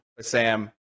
Sam